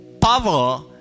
power